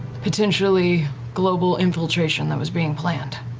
potentially global infiltration that was being planned.